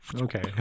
Okay